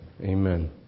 Amen